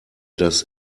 das